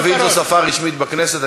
חברים, ערבית זו שפה רשמית בכנסת.